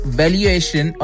valuation